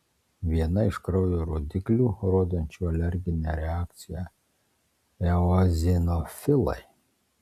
viena iš kraujo rodiklių rodančių alerginę reakciją eozinofilai